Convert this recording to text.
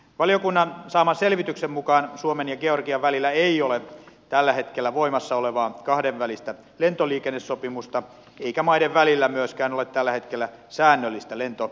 valiokunnan saaman selvityksen mukaan suomen ja georgian välillä ei ole tällä hetkellä voimassa olevaa kahdenvälistä lentoliikennesopimusta eikä maiden välillä myöskään ole tällä hetkellä säännöllistä lentoliikennettä